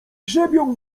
grzebią